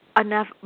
enough